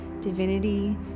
divinity